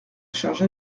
charge